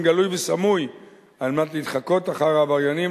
גלוי וסמוי על מנת להתחקות אחר העבריינים,